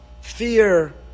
fear